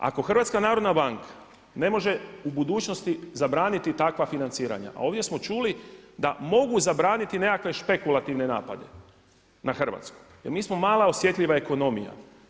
Ako HNB ne može u budućnosti zabraniti takva financiranja a ovdje smo čuli da mogu zabraniti nekakve špekulativne napade na Hrvatsku jer mi smo mala osjetljiva ekonomija.